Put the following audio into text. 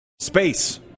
space